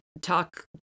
talk